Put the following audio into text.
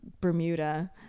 Bermuda